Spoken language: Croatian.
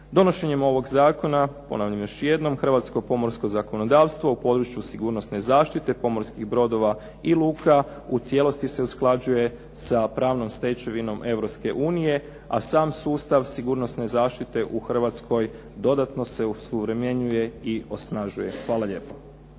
Donošenjem ovog zakona, ponavljam još jednom, hrvatsko pomorsko zakonodavstvo u području sigurnosne zaštite pomorskih brodova i luka u cijelosti se usklađuje sa pravnom stečevinom Europske unije, a sam sustav sigurnosne zaštite u Hrvatskoj dodatno se osuvremenjuje i osnažuje. Hvala lijepo.